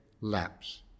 lapse